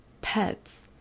pets